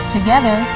Together